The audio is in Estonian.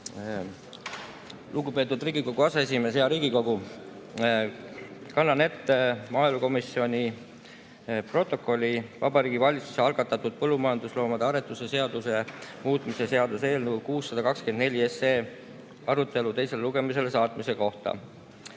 Lugupeetud Riigikogu aseesimees! Hea Riigikogu! Kannan ette maaelukomisjoni protokolli Vabariigi Valitsuse algatatud põllumajandusloomade aretuse seaduse muutmise seaduse eelnõu 624 arutelu teisele lugemisele saatmise kohta.